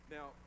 Now